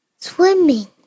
swimming